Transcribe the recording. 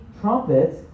trumpets